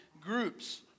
groups